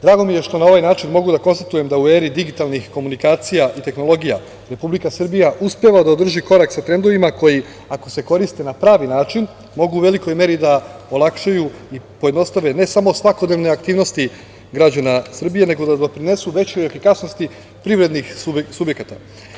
Drago mi je što na ovaj način mogu da konstatujem da u eri digitalnih komunikacija i tehnologija Republika Srbija uspeva da održi korak sa trendovima koji ako se koriste na pravi način mogu u velikoj meri da olakšaju i pojednostave ne samo svakodnevne aktivnosti građana Srbije, nego da doprinesu većoj efikasnosti privrednih subjekata.